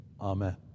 Amen